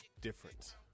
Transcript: Different